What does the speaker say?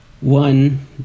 one